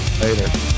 Later